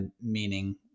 meaning